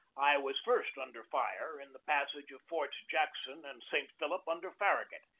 i was first under fire in the passage of forts jackson and st philip under farragut,